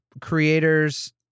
creators